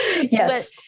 Yes